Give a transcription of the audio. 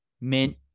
mint